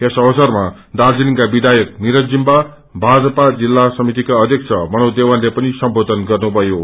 यस अवसरमा दार्जीलिङका विवायक निरज जिम्बा भाजपा जिल्ल समितिका अध्यक्ष मनोज देवानले पनि सम्बोषन गठ्नुथवो